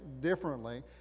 differently